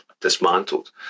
dismantled